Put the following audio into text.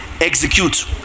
execute